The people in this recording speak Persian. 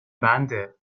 بنده